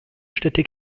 städte